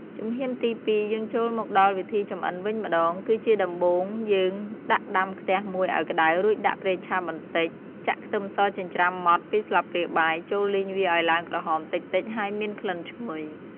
ជំហានទីពីរ យើងចូលមកដល់វិធីចម្អិនវិញម្តង គឺជាដំបូងយើងដាក់ដាំខ្ទះមួយឲ្យក្តៅ រួចដាក់ប្រេងឆាបន្តិច ចាក់ខ្ទឹមសចិញ្រ្ចាំម៉ដ្ឋ ២ស្លាបព្រាបាយចូលលីងវាឲ្យឡើងក្រហមតិចៗហើយមានក្លិនឈ្ងុយ។